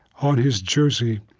on his jersey,